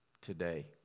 today